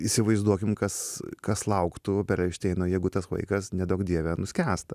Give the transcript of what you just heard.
įsivaizduokim kas kas lauktų perelšteino jeigu tas vaikas neduok dieve nuskęsta